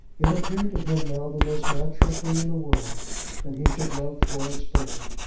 it appeared to him now the most natural thing in the world that he should love florence burton.